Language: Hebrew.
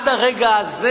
בעצם עד הרגע הזה,